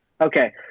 okay